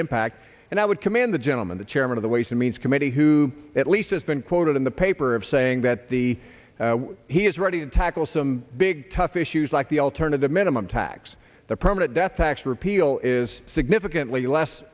impact and i would commend the gentleman the chairman of the ways and means committee who at least has been quoted in the paper of saying that the he is ready to tackle some big tough issues like the alternative minimum tax the permanent death tax repeal is significantly less